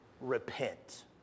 repent